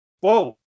Whoa